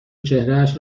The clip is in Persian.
چهرهاش